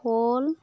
শ'ল